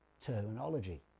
terminology